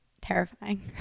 terrifying